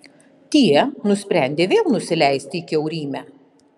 tie nusprendė vėl nusileisti į kiaurymę